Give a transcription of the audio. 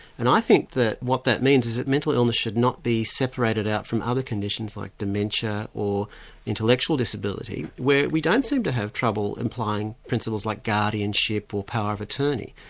and i think that what that means is that mental illness should not be separated out from other conditions like dementia, or intellectual disability, where we don't seem to have trouble implying principles like guardianship, or power of attorney.